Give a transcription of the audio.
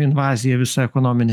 invaziją visą ekonominę